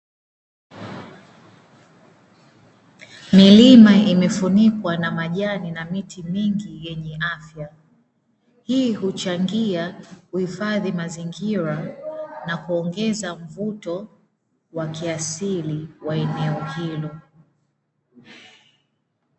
Milima imefunikwa na majani na miti mingi yenye afya, hii huchangia kuhifadhi mazingira na kuongeza mvuto wa kiasili wa eneo hilo.